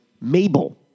Mabel